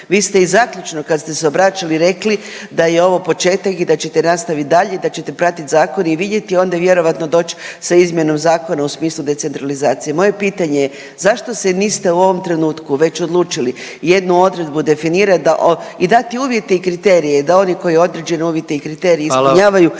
Vi ste i zaključno kad ste se obraćali rekli da je ovo početak i da ćete nastavit dalje i da ćete pratit zakone i vidjeti, onda vjerojatno doć sa izmjenom zakona u smislu decentralizacije. Moje pitanje je, zašto se niste u ovom trenutku već odlučili jednu odredbu definirat da o…, i dati uvjete i kriterije da oni koji određene uvjete i kriterije ispunjavaju…/Upadica